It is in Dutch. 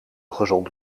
gezond